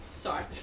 Sorry